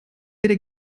weder